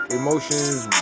emotions